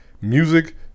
music